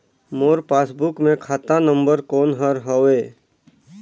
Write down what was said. मोर passbook मे खाता number कोन हर हवे?